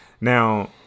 Now